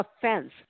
offense